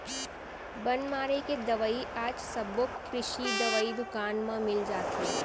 बन मारे के दवई आज सबो कृषि दवई दुकान म मिल जाथे